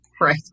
Right